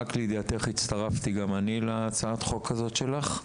רק לידיעתך, גם אני הצטרפתי להצעת החוק הזאת שלך.